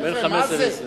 בין 15% ל-20%.